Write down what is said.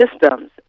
systems